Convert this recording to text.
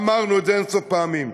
אמרנו את זה אין-סוף פעמים.